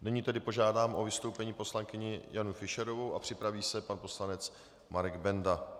Nyní tedy požádám o vystoupení poslankyni Janu Fischerovou a připraví se pan poslanec Marek Benda.